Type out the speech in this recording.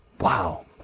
Wow